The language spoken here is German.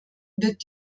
wird